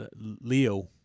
Leo